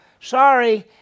Sorry